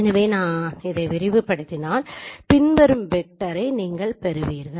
எனவே நான் இதை விரிவுபடுத்தினால் பின்வரும் வெக்டரை நீங்கள் பெறுவீர்கள்